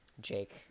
Jake